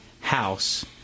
house